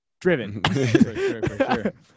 driven